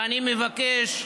ואני מבקש,